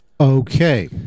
Okay